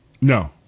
No